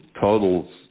totals